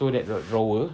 so that that drawer